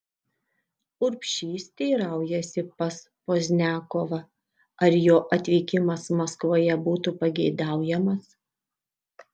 urbšys teiraujasi pas pozniakovą ar jo atvykimas maskvoje būtų pageidaujamas